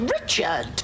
Richard